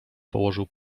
położył